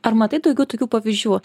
ar matai daugiau tokių pavyzdžių